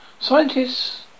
Scientists